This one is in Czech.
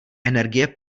energie